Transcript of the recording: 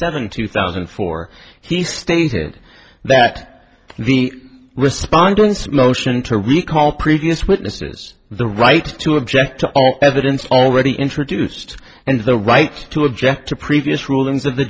seventh two thousand and four he stated that the respondents motion to recall previous witnesses the right to object to evidence already introduced and the right to object to previous ruling